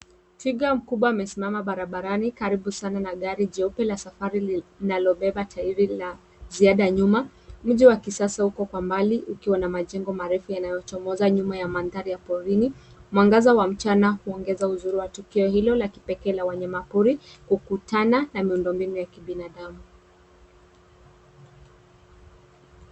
Twiga mkubwa amesimama barabarani karibu sana na gari jeupe la safari linalobeba tairi la ziada nyuma. Mji wa kisasa uko kwa mbali ukiwa na majengo marefu yanayochomoza nyuma ya mandhari ya porini. Mwangaza wa mchana huongeza uzuri wa tukio hilo la kipekee la wanyamapori kukutana na miundombinu ya kibinadamu.